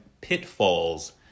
pitfalls